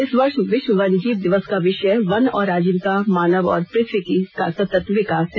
इस वर्ष विश्व वन्यजीव दिवस का विषय वन और आजीविका मानव और पृथ्वी का सतत विकास है